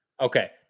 Okay